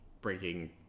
breaking